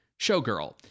showgirl